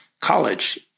college